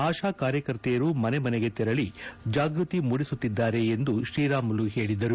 ಆಶಾ ಕಾರ್ಯಕರ್ತೆಯರು ಮನೆ ಮನೆಗೆ ತೆರಳಿ ಜಾಗೃತಿ ಮೂಡಿಸುತ್ತಿದ್ದಾರೆ ಎಂದು ಶ್ರೀರಾಮುಲು ಹೇಳಿದರು